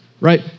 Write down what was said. right